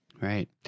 Right